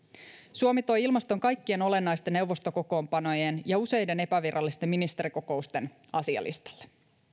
suomi toi ilmaston kaikkien olennaisten neuvostokokoonpanojen ja useiden epävirallisten ministerikokousten asialistalle